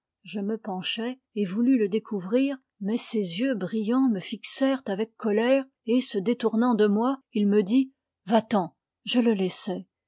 je me penchai et voulus le découvrir mais ses yeux brillants me fixèrent avec colère et se détournant de moi il me dit va-t'en je le laissai